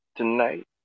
Tonight